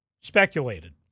speculated